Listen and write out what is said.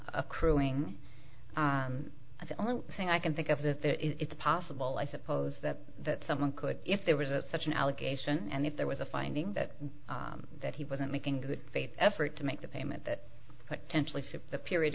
accruing the only thing i can think of that it's possible i suppose that that someone could if there was such an allegation and if there was a finding that that he wasn't making good faith effort to make the payment that tensely fit the period